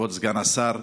כבוד סגן השר,